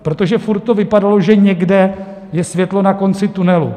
Protože furt to vypadalo, že někde je světlo na konci tunelu.